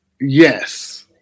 Yes